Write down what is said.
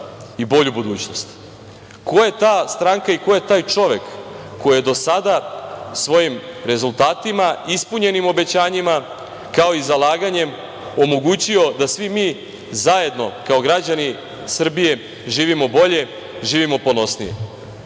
i bolju budućnost. Ko je ta stranka i ko je taj čovek, koji je do sada svojim rezultatima ispunjenim obećanjima, kao i zalaganjem omogućio da svi mi zajedno kao građani Srbije živimo bolje, živimo ponosnije?